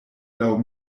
laŭ